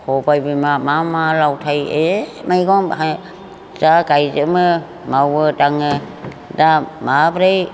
सबाइ बिमा मा मा लावथाइ ए मैगं जा गायजोबनो मावो दाङो दा माब्रै